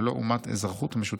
ולא אומת האזרחות המשותפת.